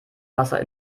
wasser